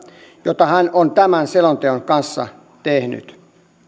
jota hän on tämän selonteon kanssa tehnyt